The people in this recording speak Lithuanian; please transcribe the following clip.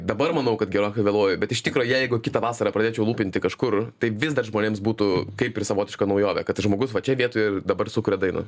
dabar manau kad gerokai vėluoju bet iš tikro jeigu kitą vasarą pradėčiau lūpinti kažkur tai vis dar žmonėms būtų kaip ir savotiška naujovė kad žmogus va čia vietoj dabar sukuria dainą